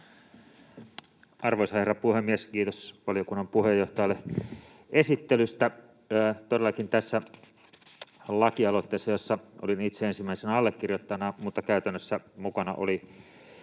Arvoisa herra puhemies! Kiitos valiokunnan puheenjohtajalle esittelystä. Todellakin tässä lakialoitteessa olin itse ensimmäisenä allekirjoittajana, mutta käytännössä mukana olivat